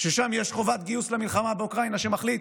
ששם יש חובת גיוס למלחמה באוקראינה, והוא מחליט